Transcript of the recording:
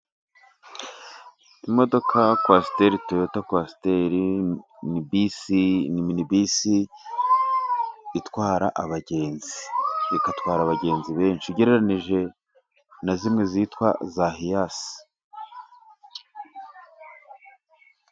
Imodoka kwasiteri toyota, kwasiteri ni bisi itwara abagenzi, igatwara abagenzi benshi ugereranyije na zimwe zitwa za hiyasi.